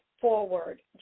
forward